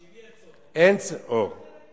שאם יהיה צורך, אפשר יהיה לקבל החלטה אחרת.